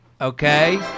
okay